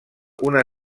una